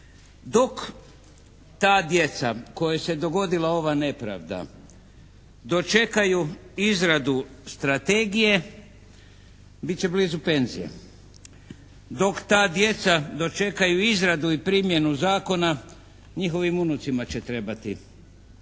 Dok ta djeca kojoj se dogodila ova nepravda dočekaju izradu strategije bit će blizu penzije. Dok ta djeca dočekaju izradu i primjenu zakona, njihovim unucima će trebati